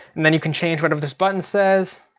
and then you can change whatever this button says.